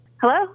Hello